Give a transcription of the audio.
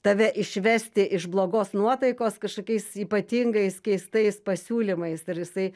tave išvesti iš blogos nuotaikos kažkokiais ypatingais keistais pasiūlymais ir jisai